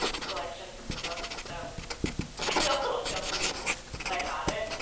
selection from the book so i feel a little guilty even that i got it.